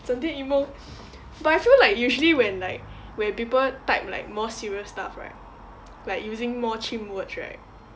整天 emo but I feel like usually when like when people type like more serious stuff right like using more chim words right